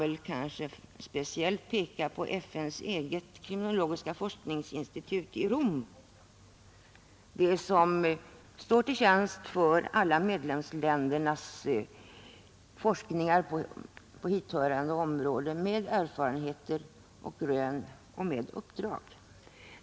Där kan man kanske speciellt peka på FN:s eget kriminologiska forskningsinstitut i Rom, som står till tjänst för alla medlemsländers forskning på hithörande områden med erfarenheter och rön och som åtar sig uppdrag.